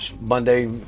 Monday